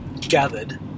gathered